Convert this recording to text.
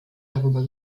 darüber